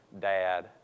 dad